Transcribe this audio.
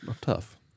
tough